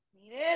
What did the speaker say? needed